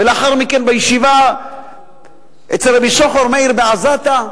ולאחר מכן בישיבה אצל רב יששכר מאיר בעזתה,